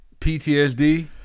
PTSD